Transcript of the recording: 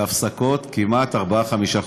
בהפסקות, כמעט ארבעה-חמישה חודשים.